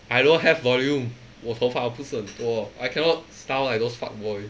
I don't have volume 我头发不是很多 I cannot style like those fuckboy